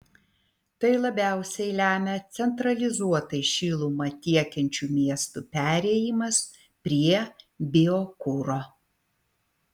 tai labiausiai lemia centralizuotai šilumą tiekiančių miestų perėjimas prie biokuro